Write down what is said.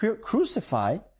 crucified